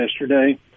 yesterday